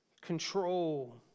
control